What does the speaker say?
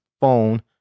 phone